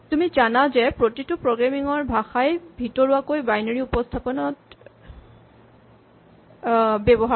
তুমি জানা যে প্ৰতিটো প্ৰগ্ৰেমিং ৰ ভাষাই ভিতৰুৱাকৈ বাইনেৰী উপস্হাপন ব্যৱহাৰ কৰে